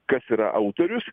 kas yra autorius